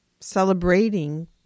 celebrating